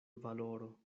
valoro